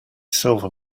silver